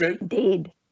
Indeed